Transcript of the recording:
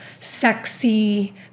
sexy